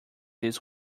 this